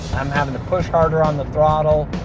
i'm having to push harder on the throttle,